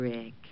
Rick